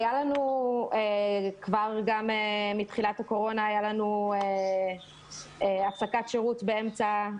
כבר מתחילת הקורונה היה לנו הפסקת שירות באמצע.